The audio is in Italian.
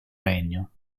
regno